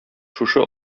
шушы